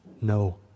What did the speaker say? no